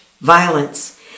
violence